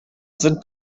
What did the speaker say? sind